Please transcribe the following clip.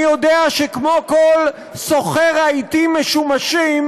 אני יודע שכמו כל סוחר רהיטים משומשים,